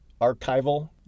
archival